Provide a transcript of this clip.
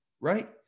right